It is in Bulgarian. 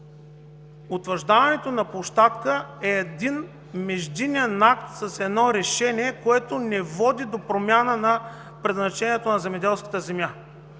утвърждаването на площадка е един междинен акт с едно решение, което не води до промяна на предназначението на земеделската земя.